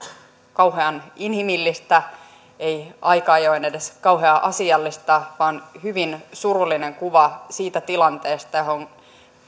kauhean inhimillistä aika ajoin ei edes kauhean asiallista vaan tuli hyvin surullinen kuva siitä tilanteesta johon